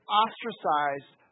ostracized